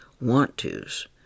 want-tos